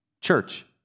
Church